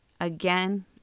again